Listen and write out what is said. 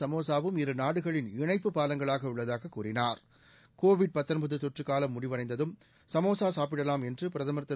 சமோசாவும் இரு நாடுகளின் இணைப்பு பாலங்களாக உள்ள்தாக கூறினார் கோவிட் தொற்று காலம் முடிவடைந்ததும் சமோசா சாப்பிடலாம் என்று பிரதமர் திரு